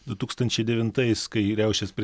du tūkstančiai devintais kai riaušės prie